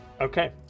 okay